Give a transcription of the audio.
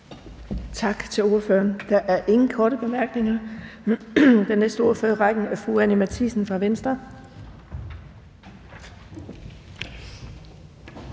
Tak til ordføreren. Der er ingen korte bemærkninger. Den næste ordfører i rækken er fru Anni Matthiesen fra Venstre.